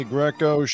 Greco